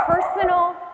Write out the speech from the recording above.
personal